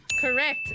Correct